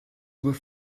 where